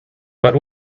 but